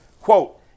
Quote